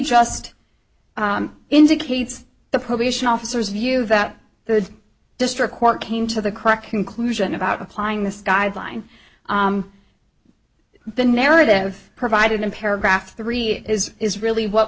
just indicates the probation officers view that the district court came to the correct conclusion about applying this guideline the narrative provided in paragraph three is is really what